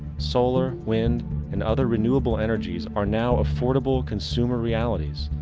solar, wind and other renewable energies are now affordable consumer realities,